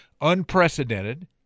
unprecedented